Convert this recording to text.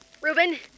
Reuben